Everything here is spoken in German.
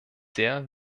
sehr